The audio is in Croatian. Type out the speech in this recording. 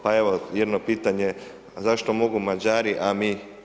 Pa evo, jedno pitanje zašto mogu Mađari a mi ne?